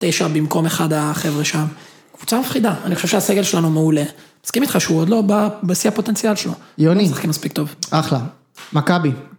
תשע במקום אחד החבר'ה שם. קבוצה מפחידה, אני חושב שהסגל שלנו מעולה. מסכים איתך שהוא עוד לא בא בשיא הפוטנציאל שלו? יוני, אחלה. מכבי.